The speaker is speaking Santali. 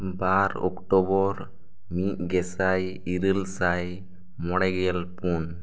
ᱵᱟᱨ ᱚᱠᱴᱚᱵᱚᱨ ᱢᱤᱫ ᱜᱮᱥᱟᱭ ᱤᱨᱟᱹᱞ ᱥᱟᱭ ᱢᱚᱬᱮ ᱜᱮᱞ ᱯᱩᱱ